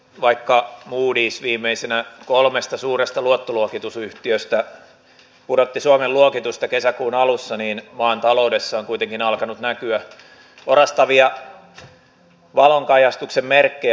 vaikka moodys viimeisenä kolmesta suuresta luottoluokitusyhtiöstä pudotti suomen luokitusta kesäkuun alussa niin maan taloudessa on kuitenkin alkanut näkyä orastavia valonkajastuksen merkkejä loppukeväästä